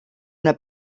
una